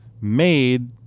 made